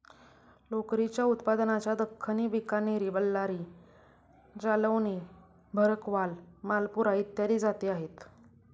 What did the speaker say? लोकरीच्या उत्पादनाच्या दख्खनी, बिकनेरी, बल्लारी, जालौनी, भरकवाल, मालपुरा इत्यादी जाती आहेत